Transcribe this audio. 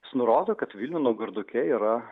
jis nurodo kad vilnių naugarduke yra